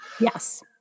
Yes